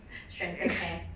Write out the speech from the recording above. strengthen hair